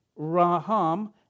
Raham